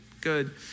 good